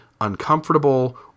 uncomfortable